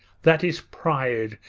that is pride,